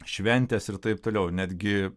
šventės ir taip toliau netgi